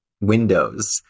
windows